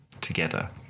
together